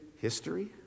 history